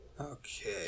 Okay